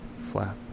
flap